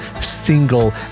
single